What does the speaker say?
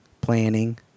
planning